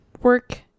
work